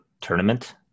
tournament